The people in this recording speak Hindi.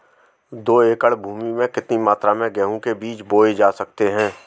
दो एकड़ भूमि में कितनी मात्रा में गेहूँ के बीज बोये जा सकते हैं?